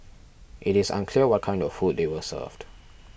it is unclear what kind of food they were served